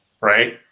Right